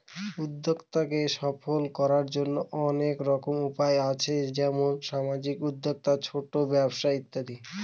উদ্যক্তাকে সফল করার জন্য অনেক রকম উপায় আছে যেমন সামাজিক উদ্যোক্তা, ছোট ব্যবসা ইত্যাদি